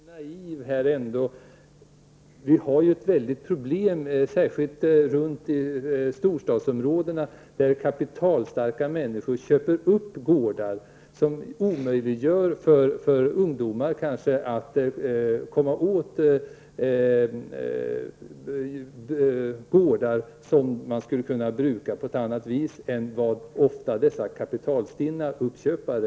Herr talman! Jag är ledsen över att behöva säga att Ingrid Hasselström Nyvall ändå är litet naiv. Vi har ju, särskilt runt storstadsområdena, ett väldigt problem i och med att kapitalstarka människor där köper upp gårdar och på det sättet gör det omöjligt för ungdomar att komma åt gårdar som de skulle kunna bruka på ett annat vis än vad som i praktiken är fallet med dessa kapitalstinna uppköpare.